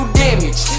damage